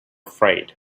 afraid